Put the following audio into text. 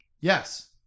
Yes